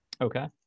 Okay